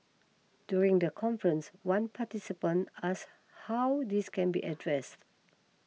during the conference one participant asked how this can be addressed